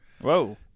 Whoa